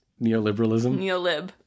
Neoliberalism